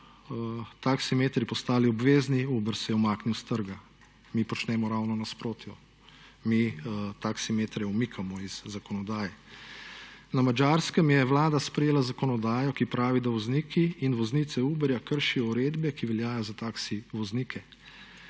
taksimetri postali obvezni Uber se je umaknil s trga. Mi počnemo ravno nasprotno. Mi taksimetre umikamo iz zakonodaje. Na Madžarskem je Vlada sprejela zakonodajo, ki pravi, da vozniki in voznice Uberja kršijo uredbe, ki veljajo za taksi voznike.